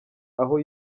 aho